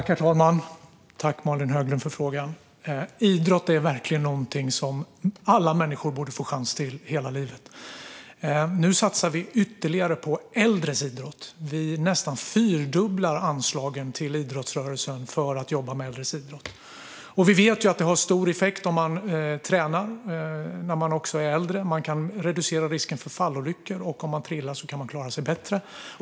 Herr talman! Tack, Malin Höglund, för frågan! Idrott är verkligen något som alla människor borde få chans till hela livet. Nu satsar vi ytterligare på äldres idrott, och vi fyrdubblar nästan anslagen till idrottsrörelsen för att jobba med äldres idrott. Vi vet att det har stor effekt om man tränar när man är äldre. Risken för fallolyckor kan reduceras, och om man trillar kan man klara sig bättre.